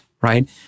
right